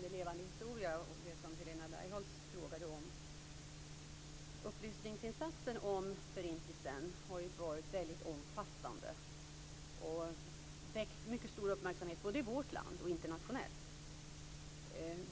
Fru talman! Först vad Helena Bargholtz frågade om angående Levande historia. Upplysningsinsatsen om Förintelsen har varit omfattande. Den har väckt stor uppmärksamhet i vårt land och internationellt.